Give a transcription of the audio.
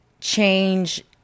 Change